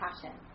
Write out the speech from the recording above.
passion